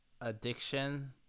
Addiction